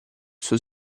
suo